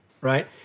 right